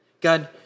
God